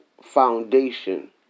foundation